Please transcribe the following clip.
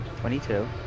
22